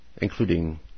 Including